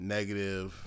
Negative